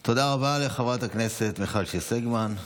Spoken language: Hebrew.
תודה רבה לחברת הכנסת מיכל שיר סגמן.